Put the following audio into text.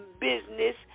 business